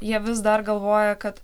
jie vis dar galvoja kad